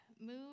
move